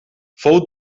fou